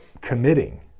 committing